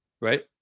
right